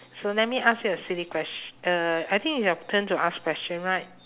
so let me ask you a silly ques~ uh I think it's your turn to ask question right